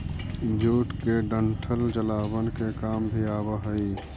jute के डंठल जलावन के काम भी आवऽ हइ